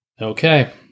Okay